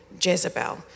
Jezebel